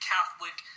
Catholic